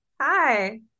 Hi